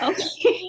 Okay